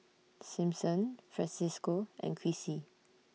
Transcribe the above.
Simpson Francesco and Crissy